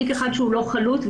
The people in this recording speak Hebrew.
תיק אחד לא חלוט.